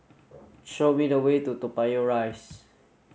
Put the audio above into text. show me the way to Toa Payoh Rise